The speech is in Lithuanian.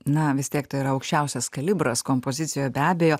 na vis tiek tai yra aukščiausias kalibras kompozicijoj be abejo